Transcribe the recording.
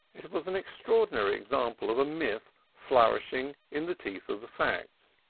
it was an extraordinary example of a myth flourishing in the teeth of the facts,